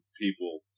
people